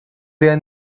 their